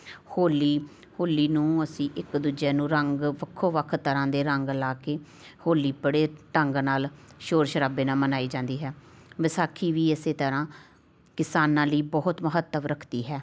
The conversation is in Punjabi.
ਹੋਲੀ ਹੋਲੀ ਨੂੰ ਅਸੀਂ ਇੱਕ ਦੂਜੇ ਨੂੰ ਰੰਗ ਵੱਖੋ ਵੱਖ ਤਰ੍ਹਾਂ ਦੇ ਰੰਗ ਲਾ ਕੇ ਹੋਲੀ ਬੜੇ ਢੰਗ ਨਾਲ ਸ਼ੋਰ ਸ਼ਰਾਬੇ ਨਾਲ ਮਨਾਈ ਜਾਂਦੀ ਹੈ ਵਿਸਾਖੀ ਵੀ ਇਸ ਤਰ੍ਹਾਂ ਕਿਸਾਨਾਂ ਲਈ ਬਹੁਤ ਮਹੱਤਵ ਰੱਖਦੀ ਹੈ